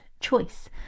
choice